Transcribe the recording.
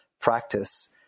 practice